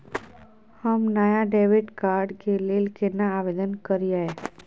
हम नया debit card के लेल केना आवेदन करियै?